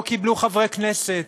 לא קיבלו חברי כנסת,